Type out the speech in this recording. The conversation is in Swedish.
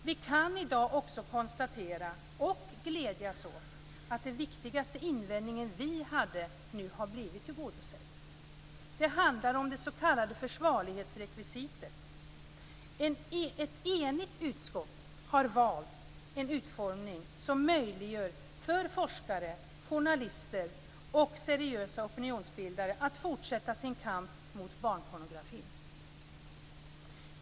Vi kan i dag också konstatera, och glädjas åt, att den viktigaste invändningen vi hade nu har blivit tillgodosedd. Den handlar om det s.k. försvarlighetsrekvisitet. Ett enigt utskott har valt en utformning som möjliggör för forskare, journalister och seriösa opinionsbildare att fortsätta sin kamp mot barnpornografin.